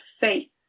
faith